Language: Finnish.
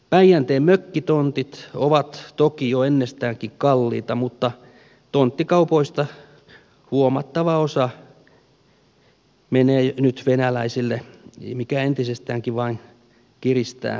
päijänteen mökkitontit ovat toki jo ennestäänkin kalliita mutta tonttikaupoista huomattava osa menee nyt venäläisille mikä entisestäänkin vain kiristää hintatasoa